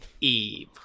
Eve